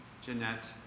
Jeanette